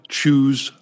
choose